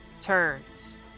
turns